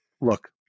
Look